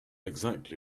exactly